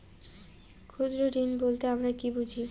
ক্ষুদ্র ঋণ বলতে আমরা কি বুঝি?